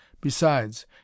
Besides